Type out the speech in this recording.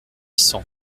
cents